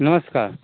नमस्कार